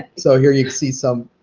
so here you see some.